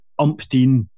umpteen